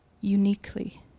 uniquely